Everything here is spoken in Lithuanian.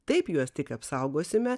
taip juos tik apsaugosime